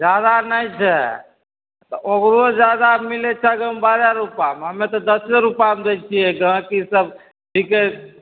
जादा नैहि छै तऽ ओकरो जादा आदमी लै छथिन तऽ बारह रूपा हमे तऽ दशे रूपामे दै छियै गऽ की सब ठीके